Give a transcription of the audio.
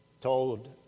told